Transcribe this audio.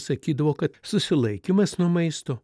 sakydavo kad susilaikymas nuo maisto